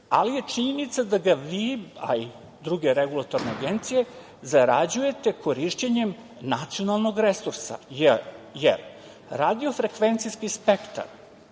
ali je činjenica da ga vi, a i druge regulatorne agencije zarađujete korišćenjem nacionalnog resursa, jer radio-frekvencijski spektar